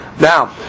Now